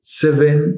seven